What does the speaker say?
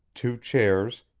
two chairs,